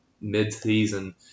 mid-season